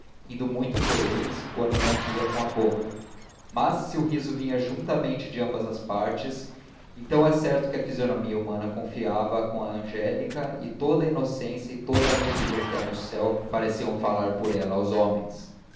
eles quando não ria com a boca mas se o riso vinha juntamente de ambas as partes então é certo que a fisionomia humana confirmava com a angélica e toda a inocência e toda alegria que há no céu pareciam falar por ela aos homens